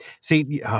See